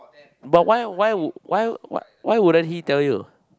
but why why why why wouldn't he tell you